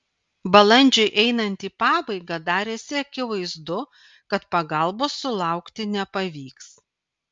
balandžiui einant į pabaigą darėsi akivaizdu kad pagalbos sulaukti nepavyks